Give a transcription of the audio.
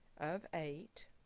of eight